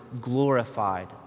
glorified